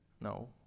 No